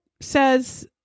says